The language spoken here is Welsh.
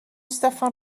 steffan